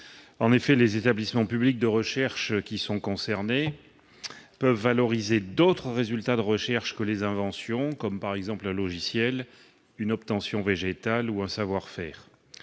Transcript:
En effet, les établissements publics de recherche concernés peuvent valoriser d'autres résultats de recherche que les inventions, par exemple, un logiciel, une obtention végétale ou un savoir-faire.